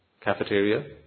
cafeteria